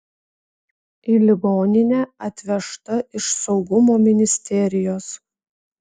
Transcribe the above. į ligoninę atvežta iš saugumo ministerijos